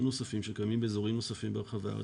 נוספים שקיימים באזורים נוספים ברחבי הארץ.